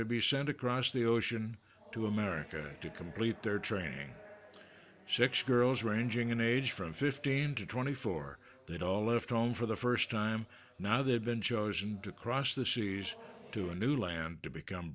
to be sent across the ocean to america to complete their training six girls ranging in age from fifteen to twenty four that all left home for the first time now they have been chosen to cross the seas to a new land to become